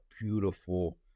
beautiful